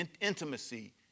intimacy